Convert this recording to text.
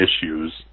issues